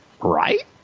Right